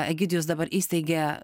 egidijus dabar įsteigė